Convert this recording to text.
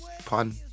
Pun